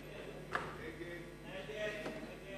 ההצעה להסיר מסדר-היום את הצעת חוק דיווח ממשלה לאחר פיגוע טרור,